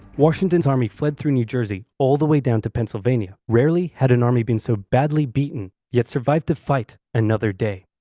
washington's army fled through new jersey. all the way down to, pennsylvania rarely had an army been so badly beaten yet survived to fight another day.